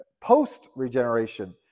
post-regeneration